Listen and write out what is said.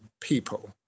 people